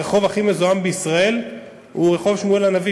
הרחוב הכי מזוהם בישראל הוא רחוב שמואל הנביא,